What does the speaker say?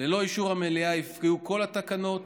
ללא אישור המליאה יפקעו כל התקנות